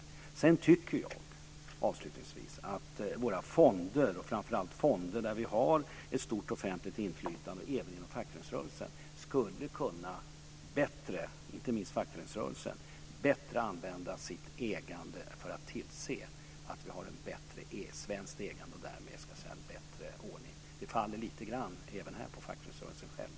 Avslutningsvis vill jag säga att jag tycker att våra fonder - framför allt de fonder där vi har ett stort offentligt inflytande - skulle kunna utnyttja sitt ägande bättre och tillse att det blir en bättre ordning. Även detta faller på fackföreningsrörelsen.